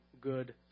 good